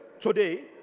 today